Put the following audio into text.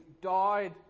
died